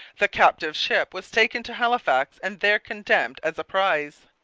the captive ship was taken to halifax and there condemned as a prize,